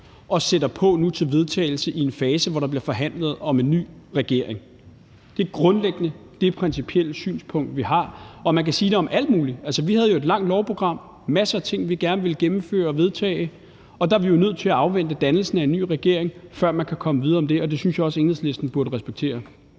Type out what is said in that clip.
nu sætter på til vedtagelse i en fase, hvor der bliver forhandlet om en ny regering. Det er grundlæggende principielle synspunkt, vi har. Og man kan sige det om alt muligt. Vi havde jo et stort lovprogram med masser af ting, som vi gerne ville gennemføre og vedtage. Der er vi nødt til at afvente dannelsen af en ny regering, før vi kan komme videre med det. Det synes jeg også at Enhedslisten burde respektere.